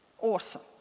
awesome